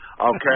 okay